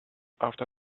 after